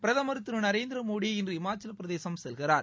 பிரதமர் திரு நரேந்திர மோடி இன்று ஹிமாச்சலப் பிரதேசம் செல்கிறார்